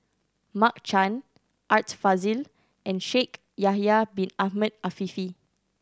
Mark Chan Art Fazil and Shaikh Yahya Bin Ahmed Afifi